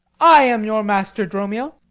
i am your master, dromio.